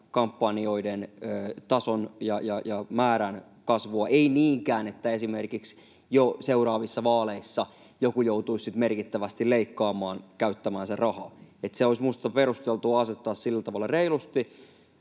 kampanjoiden tason ja määrän kasvua, ei niinkään, että esimerkiksi jo seuraavissa vaaleissa joku joutuisi sitten merkittävästi leikkaamaan käyttämäänsä rahaa. Se olisi minusta perusteltua asettaa sillä tavalla reilusti